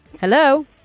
Hello